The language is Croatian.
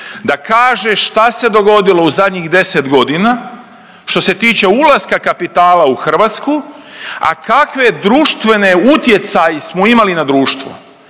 da kaže šta se dogodilo u zadnjih 10.g. što se tiče ulaska kapitala u Hrvatsku, a kakve društvene utjecaje smo imali na društvo.